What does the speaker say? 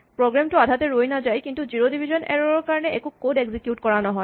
programme টো আধাতে ৰৈ নাযায় কিন্তু জিৰ' ডিভিজন এৰ'ৰ ৰ কাৰণে একো কড এক্সিকিউট কৰা নহয়